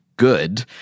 Good